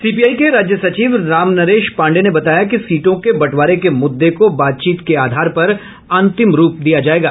CPI के राज्य सचिव रामनरेश पांडेय ने बताया कि सीटों के बंटवारे के मुद्दे को बातचीत के आधार पर अंतिम रूप दिया जायेगा